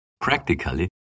Practically